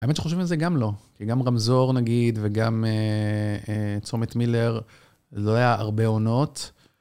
האמת שחושבים על זה גם לא, כי גם רמזור נגיד, וגם צומת מילר לא היו הרבה עונות.